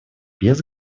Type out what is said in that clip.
без